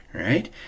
right